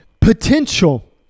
potential